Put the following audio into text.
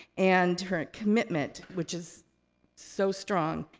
and her commitment, which is so strong,